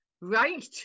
Right